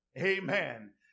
Amen